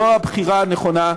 זו הבחירה הנכונה,